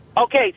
Okay